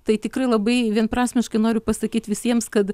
tai tikrai labai vienprasmiškai noriu pasakyt visiems kad